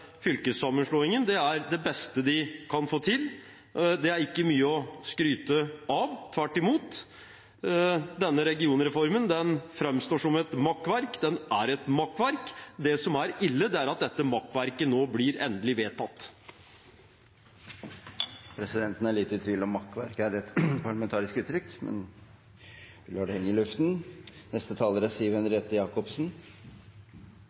fylkessammenslåingen er det beste de kan få til. Det er ikke mye å skryte av – tvert imot, denne regionreformen framstår som et makkverk. Den er et makkverk. Det som er ille, er at dette makkverket nå blir endelig vedtatt. Presidenten er litt i tvil om «makkverk» er et parlamentarisk uttrykk – vi lar det henge i luften. Kommunikasjon er